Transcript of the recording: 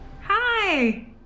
Hi